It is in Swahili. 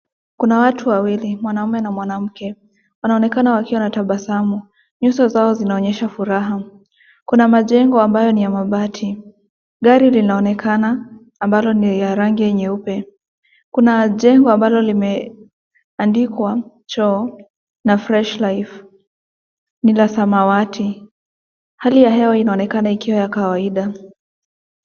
Kuna watu wawili mwanaume na mwanamke wanaonekana wakiwa na tabasamu. Nyuso zao zinaonyesha furaha. Kuna majengo ambayo ni ya mabati. Gari linaonekana ambalo ni la rangi nyeupe .Kuna jengo ambalo limeandikwa choo na fresh life ni la samawati .Hali ya hewa inaonekana ikiwa ya kawaida .